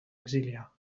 exiliar